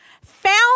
found